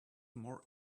more